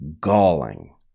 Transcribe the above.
galling